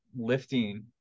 lifting